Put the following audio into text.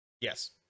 Yes